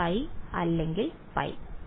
വിദ്യാർത്ഥി π